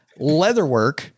leatherwork